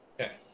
Okay